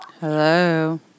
Hello